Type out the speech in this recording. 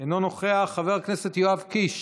אינו נוכח, חבר הכנסת יואב קיש,